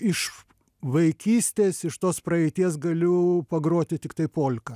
iš vaikystės iš tos praeities galiu pagroti tiktai polką